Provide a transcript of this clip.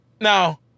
Now